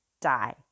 die